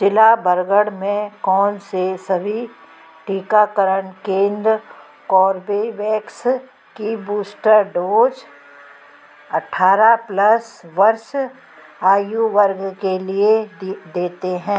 ज़िला बरगढ़ में कौन से सभी टीकाकरण केंद्र कोर्बेवैक्स की बूस्टर डोज़ अठारह प्लस वर्ष आयु वर्ग के लिए दी देते हैं